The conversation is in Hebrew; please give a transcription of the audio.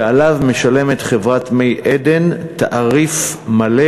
ועליו משלמת חברת "מי עדן" תעריף מלא,